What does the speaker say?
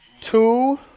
Two